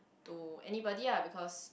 to anybody ah because